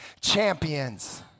champions